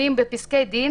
אנשי השטח,